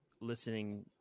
listening